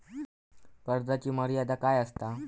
कर्जाची मर्यादा काय असता?